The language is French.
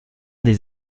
des